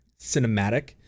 cinematic